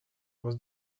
was